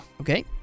Okay